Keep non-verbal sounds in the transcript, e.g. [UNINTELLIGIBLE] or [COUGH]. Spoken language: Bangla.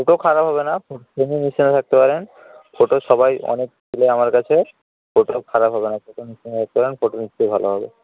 ফটো খারাপ হবে না [UNINTELLIGIBLE] থাকতে পারেন ফটো সবাই অনেক তুলে আমার কাছে ফটো খারাপ হবে না [UNINTELLIGIBLE] ফটো নিশ্চই ভালো হবে